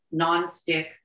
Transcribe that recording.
nonstick